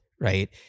right